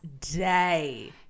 Day